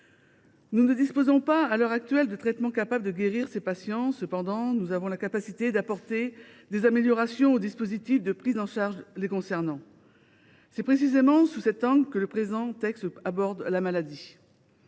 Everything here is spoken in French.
Nous ne disposons pas, à l’heure actuelle, de traitement capable de guérir ces patients. Cependant, nous avons la capacité d’apporter des améliorations aux dispositifs de prise en charge les concernant. C’est précisément sous cet angle que le présent texte aborde la maladie.